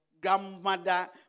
grandmother